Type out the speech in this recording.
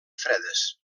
fredes